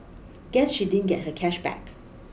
guess she didn't get her cash back